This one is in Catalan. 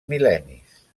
mil·lennis